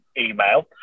email